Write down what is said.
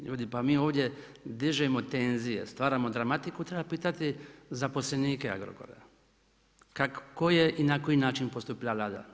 Ljudi pa mi ovdje dižemo tenzije, stvaramo dramatiku i treba pitati zaposlenike Agrokora kako je i na koji način postupila Vlada.